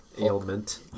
ailment